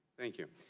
thank you.